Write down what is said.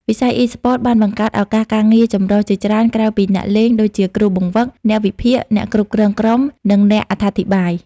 វិស័យអុីស្ព័ត បានបង្កើត ឱកាសការងារចម្រុះ ជាច្រើន ក្រៅពីអ្នកលេង ដូចជាគ្រូបង្វឹក អ្នកវិភាគ អ្នកគ្រប់គ្រងក្រុម និងអ្នកអត្ថាធិប្បាយ។